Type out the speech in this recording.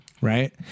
right